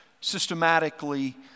systematically